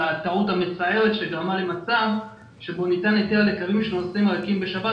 הטעות המצערת שגרמה למצב שבו ניתן היתר לקווים שנוסעים ריקים בשבת,